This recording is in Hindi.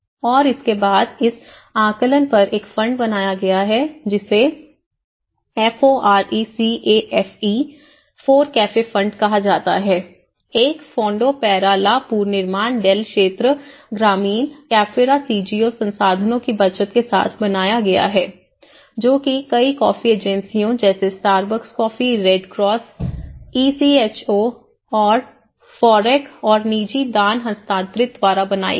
और उसके बाद इस आकलन पर एक फंड बनाया गया है जिसे फोरकैफे फंड कहा जाता है एक फोंडो पैरा ला पुनर्निर्माण डेल क्षेत्र ग्रामीण कैफ़ेरा सीजीओ संसाधनों की बचत के साथ बनाया गया है जो कि कई कॉफ़ी एजेंसियों जैसे Starbucks coffee Red Cross ECHO और F O R E C और निजी दान हस्तांतरित द्वारा बनाई गई